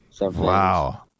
Wow